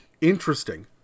Interesting